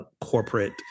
corporate